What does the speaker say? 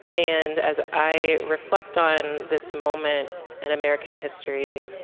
and, as i reflect on this moment in american history,